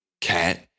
cat